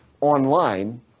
online